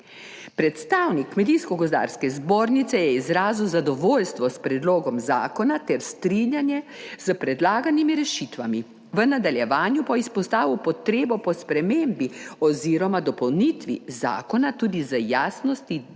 Predstavnik Kmetijsko gozdarske zbornice je izrazil zadovoljstvo s predlogom zakona ter strinjanje s predlaganimi rešitvami. V nadaljevanju pa je izpostavil potrebo po spremembi oziroma dopolnitvi zakona tudi z [vidika] jasnosti davčne